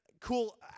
cool